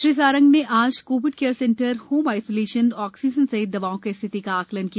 श्री सारंग ने आज Covid care centre home isolation oxygen सहित दवाओं की स्थिति का आकलन किया